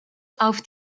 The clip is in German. auf